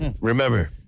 remember